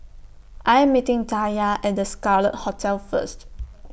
I Am meeting Taya At The Scarlet Hotel First